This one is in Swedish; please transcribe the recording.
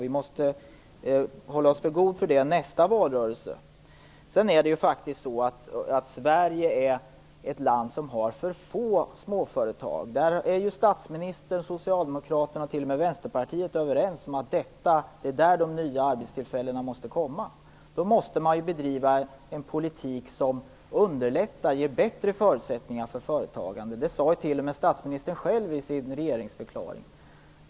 Vi måste hålla oss för goda för det nästa valrörelse. Sverige är faktiskt ett land som har för få småföretag. Statsministern, Socialdemokraterna och till och med Vänsterpartiet är överens om att det är där de nya arbetstillfällena måste komma. Då måste man ju bedriva en politik som underlättar och ger bättre förutsättningar för företagande. Det sade ju till och med statsministern själv i sin regeringsförklaring.